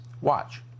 Watch